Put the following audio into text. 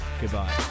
Goodbye